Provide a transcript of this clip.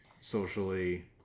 socially